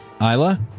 Isla